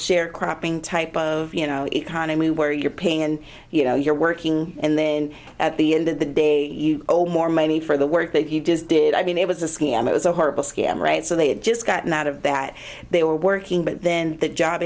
sharecropping type of you know economy where you're paying and you know you're working and then at the end of the day you owe more money for the work that he does did i mean it was a scam it was a horrible scam right so they had just gotten out of that they were working but then that job